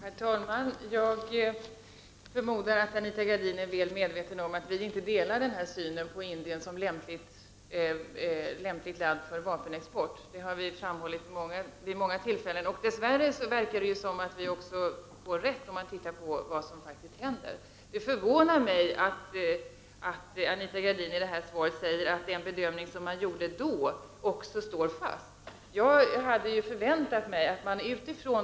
Herr talman! Jag förmodar att Anita Gradin är väl medveten om att vi inte delar synen på Indien som ett lämpligt land för vapenexport. Det har vi framhållit vid många tillfällen. Dess värre verkar det också som om vi far rätt. om man ser på vad som faktiskt händer. Det förvanar mig att Anita Gradin säger i svaret att den bedömning som tidigare har gjorts står fast. Mot bakgrund av rapporten om de faktis!